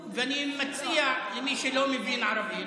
תלמד את הנושא הזה פעם אחרת.) ואני מציע למי שלא מבין ערבית,